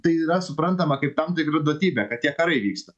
tai yra suprantama kaip tam tikra duotybė kad tie karai vyksta